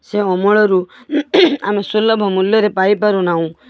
ସେ ଅମଳରୁ ଆମେ ସୁଲଭ ମୂଲ୍ୟରେ ପାଇପାରୁ ନାହୁଁ